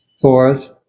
fourth